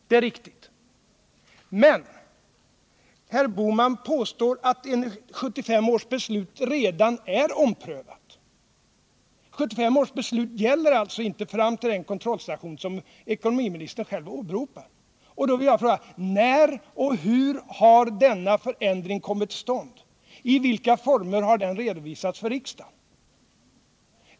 Det är riktigt, men herr Bohman påstår att 1975 års beslut redan är omprövat. 1975 års beslut gäller alltså inte fram till den kontrollstation som ekonomiministern själv åberopar. Då vill jag fråga: När och hur har denna förändring kommit till stånd? I vilken form har den redovisats för riksdagen?